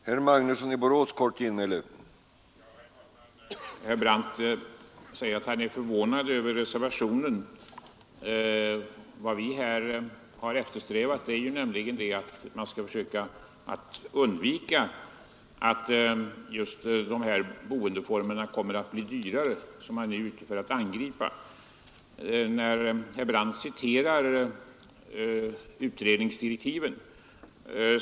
Herr talman! Herr Brandt säger att han är förvånad över reservationen. Vad vi har eftersträvat är emellertid att man skall försöka undvika att de här boendeformerna, som man är ute för att angripa, blir dyrare. Herr Brandt citérar utredningsdirektiven.